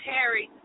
Harry